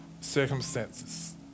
circumstances